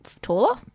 taller